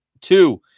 two